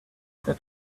that